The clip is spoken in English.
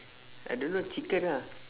I don't know chicken ah